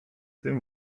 tym